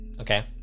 Okay